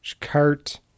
cart